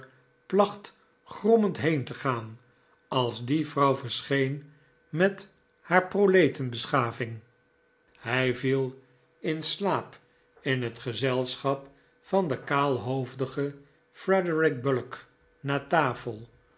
placht grommend heen te gaan als die vrouw verscheen met haar proieten beschaving hij viel in slaap in het gezelschap van den kaaihoofdigen frederic buliock na tafel